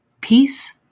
Peace